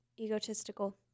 egotistical